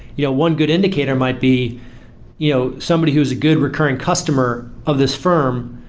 yeah one good indicator might be you know somebody who is a good recurring customer of this firm,